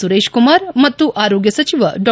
ಸುರೇಶಕುಮಾರ್ ಮತ್ತು ಆರೋಗ್ಯ ಸಚಿವ ಡಾ